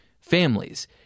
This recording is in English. families